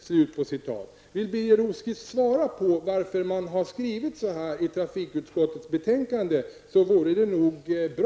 Om Birger Rosqvist ville svara på varför man har skrivit så här i trafikutskottets betänkande så vore det bra.